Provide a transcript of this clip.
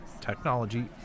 technology